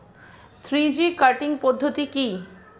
Three G cutting পদ্ধতি কি?